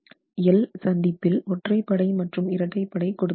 L சந்திப்பில் ஒற்றை படை மற்றும் இரட்டை படை கொடுக்க வேண்டும்